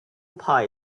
pie